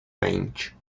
range